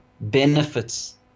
benefits